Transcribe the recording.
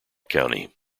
county